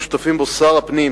ששותפים בו שר הפנים,